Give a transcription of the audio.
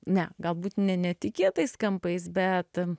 ne galbūt ne netikėtais kampais bet